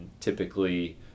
typically